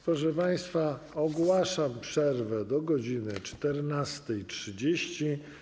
Proszę państwa, ogłaszam przerwę do godz. 14.30.